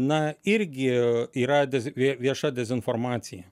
na irgi yra dez vie vieša dezinformacija